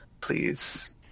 Please